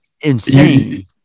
Insane